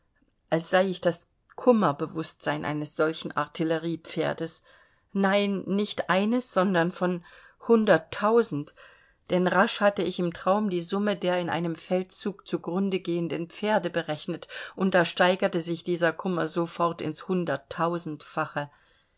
als sei ich das kummerbewußtsein eines solchen artilleriepferdes nein nicht eines sondern von hunderttausend denn rasch hatte ich im traum die summe der in einem feldzug zu grunde gehenden pferde berechnet und da steigerte sich dieser kummer sofort ins hunderttausendfache